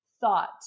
thought